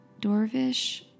Dorvish